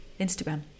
Instagram